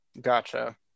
Gotcha